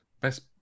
best